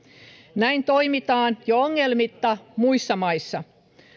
näin toimitaan jo ongelmitta muissa maissa